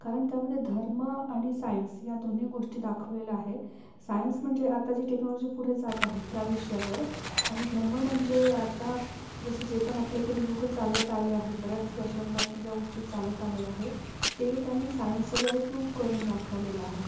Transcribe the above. कारण त्यामध्ये धर्म आणि सायन्स या दोन्ही गोष्टी दाखवलेल्या आहे सायन्स म्हणजे आता जी टेक्नॉलॉजी पुढे जात आहे त्या विषयावर आणि धर्म म्हणजे आता जसे जे पण आपल्याकडे युगं चालत आले आहे बऱ्याच वर्षांपासनं ज्या गोष्टी चालत आलेल्या आहे ते त्यांनी सायन्सच्याद्वारे प्रूव्ह करून दाखवलेलं आहे